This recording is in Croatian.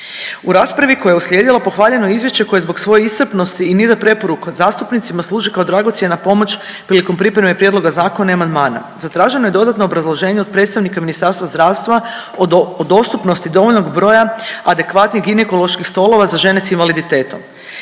U raspravi koja je uslijedi pohvaljeno je izvješće koje zbog svoje iscrpnosti i niza preporuka zastupnicima služi kao dragocjena pomoć prilikom pripreme prijedloga zakona i amandmana. Zatraženo je dodatno obrazloženje od predstavnika Ministarstva zdravstva o dostupnosti dovoljnog broja adekvatnih ginekoloških stolova za žene s invaliditetom.